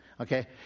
Okay